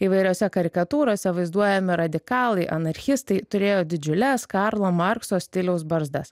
įvairiose karikatūrose vaizduojami radikalai anarchistai turėjo didžiules karlo markso stiliaus barzdas